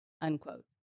unquote